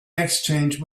exchange